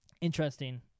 interesting